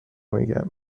میگم